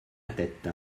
tête